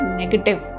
negative